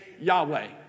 Yahweh